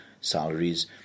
salaries